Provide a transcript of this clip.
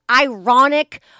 ironic